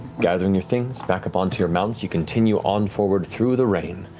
gathering your things, back up on to your mounts, you continue on forward through the rain.